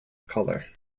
color